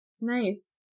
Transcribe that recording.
Nice